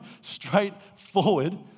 straightforward